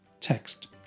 text